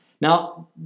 now